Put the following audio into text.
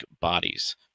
bodies